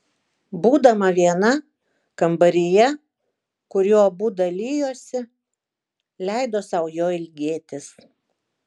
būdama viena kambaryje kuriuo abu dalijosi leido sau jo ilgėtis